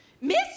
Miss